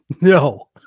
No